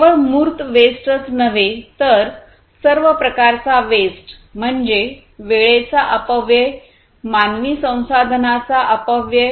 केवळ मूर्त वेस्टच नव्हे तर सर्व प्रकारचा वेस्ट म्हणजे वेळेचा अपव्यय मानवी संसाधनांचा अपव्यय